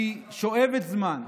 היא שואבת זמן.